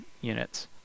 units